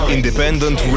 Independent